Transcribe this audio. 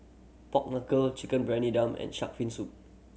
pork knuckle Chicken Briyani Dum and shark fin soup